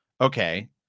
Okay